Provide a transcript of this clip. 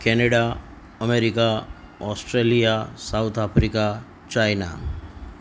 Canada America Australia South Africa China